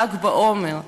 ל"ג בעומר,